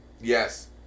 Yes